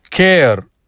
care